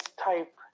type